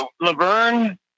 Laverne